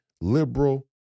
liberal